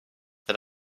that